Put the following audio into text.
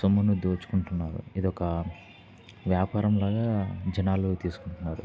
సొమ్మును దోచుకుంటున్నారు ఇదొక వ్యాపారం లాగా జనాలు తీసుకుంటున్నారు